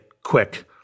quick